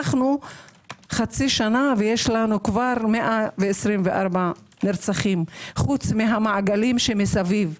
אנחנו חצי שנה ויש לנו כבר 124 נרצחים חוץ מהמעגלים שמסביב,